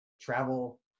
travel